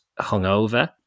hungover